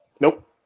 Nope